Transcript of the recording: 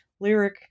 lyric